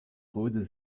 rode